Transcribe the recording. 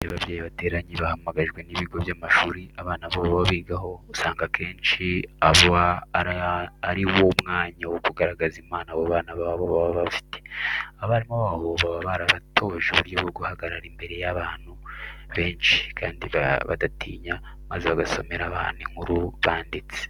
Iyo ababyeyi bateranye bahamagajwe n'ibigo by'amashuri abana babo baba bigaho, usanga akenshi aba ari wo mwanya wo kugaragaza impano abo bana babo baba bafite. Abarimu babo baba barabatoje uburyo bwo guhagarara imbere y'abantu benshi kandi badatinya maze bagasomera abantu inkuru banditse.